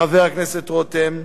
חבר הכנסת רותם,